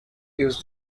use